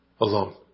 alone